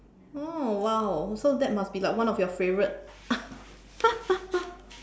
oh !wow! so that must be like one of your favorite